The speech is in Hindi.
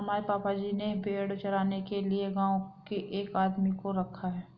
हमारे पापा जी ने भेड़ चराने के लिए गांव के एक आदमी को रखा है